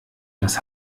das